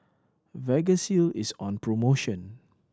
Vagisil is on promotion